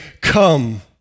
come